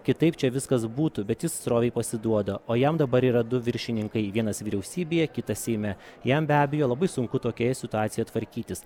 kitaip čia viskas būtų bet jis srovei pasiduoda o jam dabar yra du viršininkai vienas vyriausybėje kitas seime jam be abejo labai sunku tokioje situacijoje tvarkytis